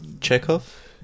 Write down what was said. Chekhov